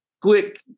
quick